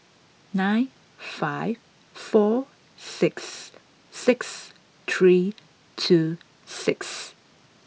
nine five four six six three two six